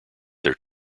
their